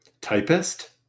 Typist